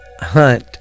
Hunt